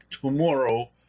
tomorrow